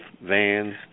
vans